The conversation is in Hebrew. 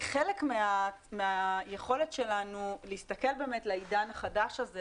חלק מהיכולת שלנו להסתכל לעידן החדש,